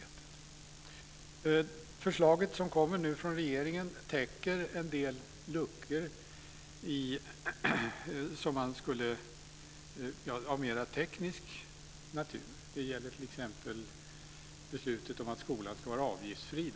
Det förslag som nu kommer från regeringen täcker en del luckor av mera teknisk natur. Det gäller t.ex. beslutet att skolan ska vara avgiftsfri.